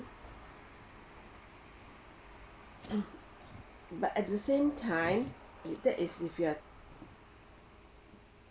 mm but at the same time that is if you are